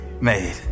made